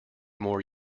more